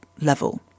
level